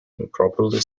improperly